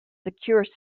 secure